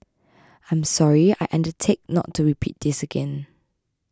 I'm sorry I undertake not to repeat this again